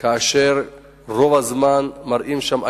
כאשר רוב הזמן מראים שם אלימות.